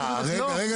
לא.